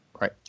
Right